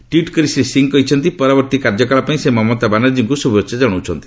tweet କରି ଶ୍ରୀ ସିଂହ କହିଛନ୍ତି ପରବର୍ତ୍ତୀ କାର୍ଯ୍ୟକାଳ ପାଇଁ ସେ ମମତା ବାନାର୍ଜୀଙ୍କୁ ଶୁଭେଚ୍ଛା ଜଣାଇଛନ୍ତି